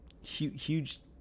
huge